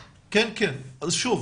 1,000. שוב,